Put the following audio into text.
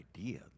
idea